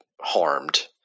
harmed